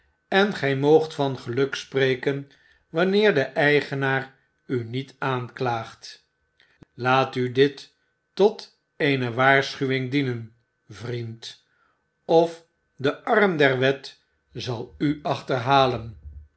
en gij moogt van geluk spreken wanneer de eigenaar u niet aanklaagt laat u dit tot eene waarschuwing dienen vriend of de arm der wet zal u achterhalen